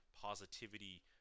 positivity